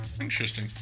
interesting